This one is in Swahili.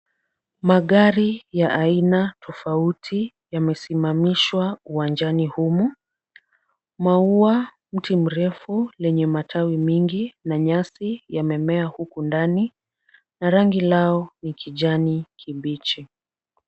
Magari ya aina tofauti yamesimamishwa uwanjani humu. Maua, mti mrefu lenye matawi mingi na nyasi yamemea huku ndani na rangi lao ni kijani kibichi.